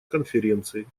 конференции